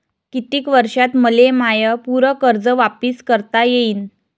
कितीक वर्षात मले माय पूर कर्ज वापिस करता येईन?